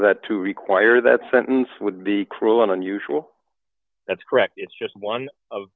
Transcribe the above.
that to require that sentence would be cruel and unusual that's correct it's just one of